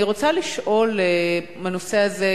אני רוצה לשאול בנושא הזה,